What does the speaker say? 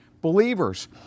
Believers